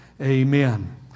amen